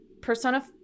Persona